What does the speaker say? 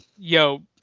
Yo